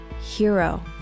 hero